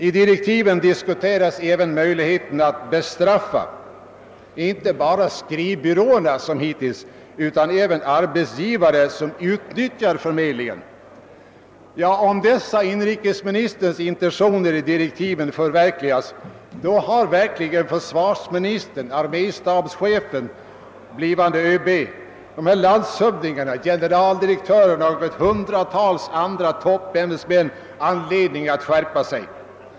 I direktiven diskuteras även möjligheten att bestraffa inte bara, som hittills, skrivbyråerna utan även arbetsgivare som utnyttjar förmedlingen. Ja, om dessa inrikesministerns intentioner i direktiven förverkligas, då har verkligen försvarsministern, arméstabschefen — den blivande ÖB — de här landshövdingarna, generaldirektörerna och hundratals andra toppämbetsmän anledning att skärpa sig!